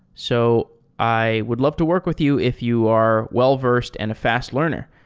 so i would love to work with you if you are well-versed and a fast learner.